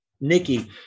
Nikki